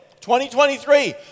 2023